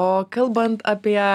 o kalbant apie